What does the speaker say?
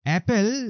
Apple